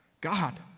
God